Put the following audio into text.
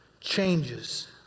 changes